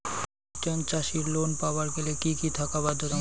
একজন চাষীর লোন পাবার গেলে কি কি থাকা বাধ্যতামূলক?